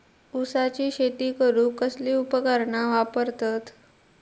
ऊसाची शेती करूक कसली उपकरणा वापरतत?